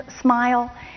smile